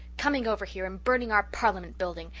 coming over here and burning our parliament building!